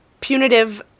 punitive